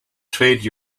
trade